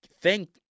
thank